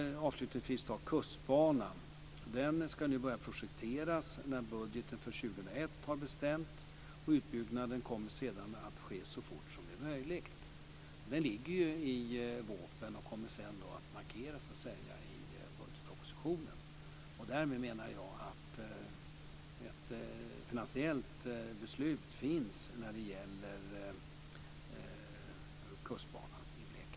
Avslutningsvis vill jag nämna kustbanan. Den ska börja projekteras när det har bestämts i budgeten för 2001. Utbyggnaden kommer sedan att ske så fort som det är möjligt. Den ligger ju i vårpropositionen och kommer sedan att markeras i budgetpropositionen. Därmed menar jag att ett finansiellt beslut finns när det gäller kustbanan i Blekinge.